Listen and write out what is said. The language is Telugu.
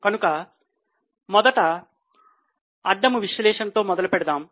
కనుక మొదట అడ్డము విశ్లేషణతో మొదలుపెడదాం